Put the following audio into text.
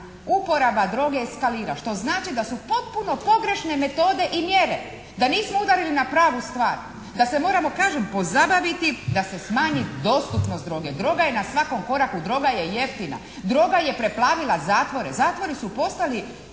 upotreba droge eskalira što znači da su potpuno pogrešne metode i mjere, da nismo udarili na pravu stvar, da se moramo kažem pozabaviti da se smanji dostupnost droge. Droga je na svakom koraku, droga je jeftina. Droga je preplavila zatvore. Zatvori su postali